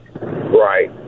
Right